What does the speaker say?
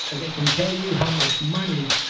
and they can tell you how much money,